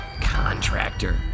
Contractor